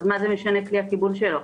מה משנה כלי הקיבול שלו?